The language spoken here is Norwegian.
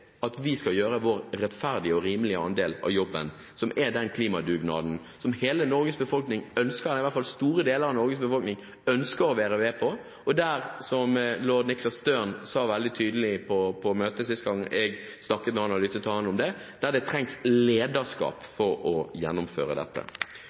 hvordan vi skal gjøre vår rettferdige og rimelige andel av jobben, som er den klimadugnaden hele Norges befolkning – iallfall store deler av Norges befolkning – ønsker å være med på. Lord Nicholas Stern sa om det veldig tydelig på møtet sist gang jeg snakket med ham og lyttet til ham, at det trengs lederskap